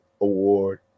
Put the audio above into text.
award